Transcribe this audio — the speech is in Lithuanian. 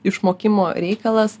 išmokimo reikalas